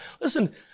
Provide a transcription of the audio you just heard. Listen